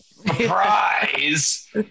surprise